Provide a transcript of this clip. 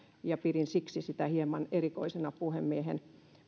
ja pidin sitä siksi hieman erikoisena puhemiehen